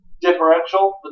differential